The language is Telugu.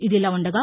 ఇదిలా ఉండగా